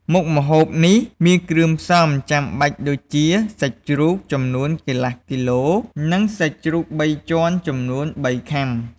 មុខម្ហូបនេះមានគ្រឿងផ្សំចាំបាច់ដូចជា សាច់ជ្រូក ចំនួន កន្លះគីឡូ និងសាច់ជ្រូកបីជាន់ចំនួន បីខាំ។